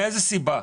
מאיזו סיבה?